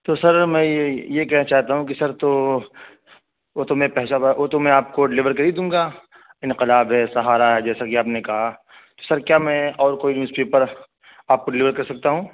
تو سر میں یہ کہہ چاہتا ہوں کہ سر تو وہ تو میں وہ تو میں آپ کو ڈلیور کر ہی دوں گا انقلاب ہے سہارا جیسا کہ آپ نے کہا تو سر کیا میں اور کوئی نیوز پیپر آپ کو ڈلیور کر سکتا ہوں